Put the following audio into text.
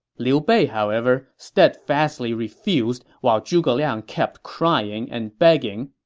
liu bei, however, steadfastly refused while zhuge liang kept crying and begging.